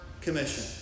commission